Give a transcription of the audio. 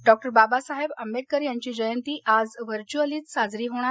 डॉ बाबासाहह्य आंबड्किर यांची जयंती आज व्हर्च्युअलीच साजरी होणार